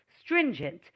stringent